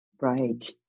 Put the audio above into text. Right